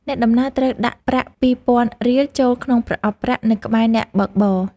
អ្នកដំណើរត្រូវដាក់ប្រាក់ ២០០០ រៀល ចូលក្នុងប្រអប់ប្រាក់នៅក្បែរអ្នកបើកបរ។